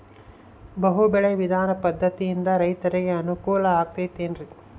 ಬಹು ಬೆಳೆ ವಿಧಾನ ಪದ್ಧತಿಯಿಂದ ರೈತರಿಗೆ ಅನುಕೂಲ ಆಗತೈತೇನ್ರಿ?